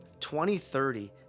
2030